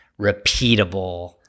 repeatable